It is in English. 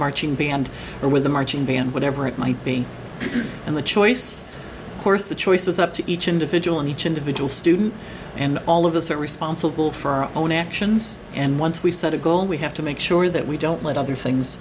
marching band or with the marching band whatever it might be and the choice of course the choice is up to each individual and each individual student and all of us are responsible for our own actions and once we set a goal we have to make sure that we don't let other things